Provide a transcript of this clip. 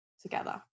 together